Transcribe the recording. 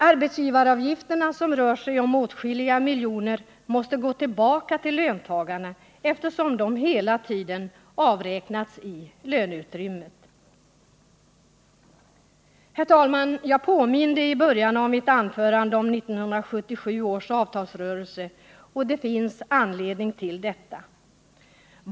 Arbetsgivaravgifterna, som rör sig om åtskilliga miljoner, måste gå tillbaka till löntagarna, eftersom de hela tiden avräknas på löneutrymmet. Herr talman! Jag påminde i början av mitt anförande om 1977 års avtalsrörelse, och det finns anledning till detta.